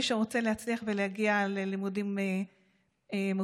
למי שרוצה להצליח ולהגיע ללימודים מובחרים.